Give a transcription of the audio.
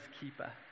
keeper